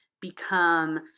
become